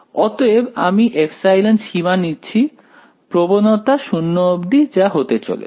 অতএব আমি ε সীমা নিচ্ছি প্রবণতা 0 অবধি যা হতে চলেছে